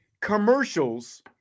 commercials